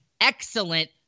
excellent